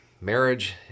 marriage